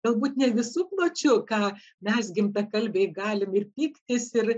galbūt ne visu pločiu ką mes gimtakalbiai galim ir pyktis ir